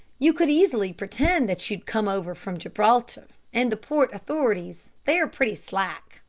you could easily pretend that you'd come over from gibraltar, and the port authorities there are pretty slack.